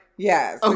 Yes